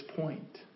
point